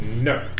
no